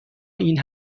این